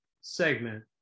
segment